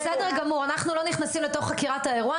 בסדר גמור, אנחנו לא נכנסים לתוך חקירת האירוע.